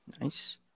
Nice